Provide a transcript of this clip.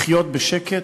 לחיות בשקט,